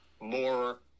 more